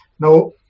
Now